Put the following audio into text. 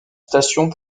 station